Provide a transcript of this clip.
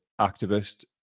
activist